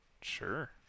Sure